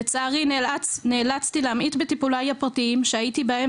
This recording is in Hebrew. לצערי נאלצתי להמעיט בטיפוליי הפרטיים שהייתי בהם,